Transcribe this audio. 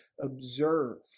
observe